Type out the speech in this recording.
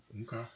Okay